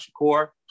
Shakur